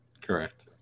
Correct